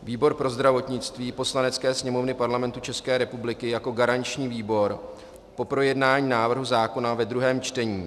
Výbor pro zdravotnictví Poslanecké sněmovny Parlamentu České republiky jako garanční výbor po projednání návrhu zákona ve druhém čtení